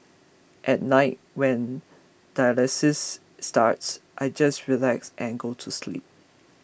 at night when dialysis starts I just relax and go to sleep